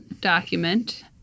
document